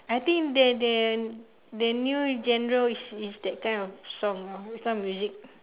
I think their their their new genre is is that kind of song with some music